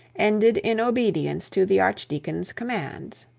ended in obedience to the archdeacon's commands.